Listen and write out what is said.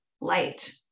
light